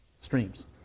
streams